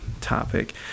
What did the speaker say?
topic